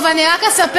טוב, אני רק אספר